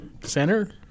Center